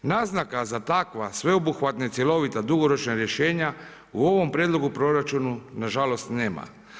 Naznaka za takva sveobuhvatna i cjelovita, dugoročna rješenja u ovom prijedlogu proračuna, nažalost nema.